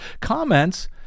comments